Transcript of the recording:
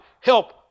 help